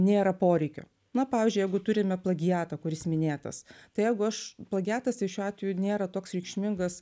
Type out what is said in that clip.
nėra poreikio na pavyzdžiui jeigu turime plagiatą kuris minėtas tai jeigu aš plagiatas tai šiuo atveju nėra toks reikšmingas